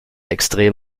extrem